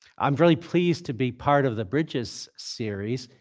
i'm really pleased to be part of the bridges series,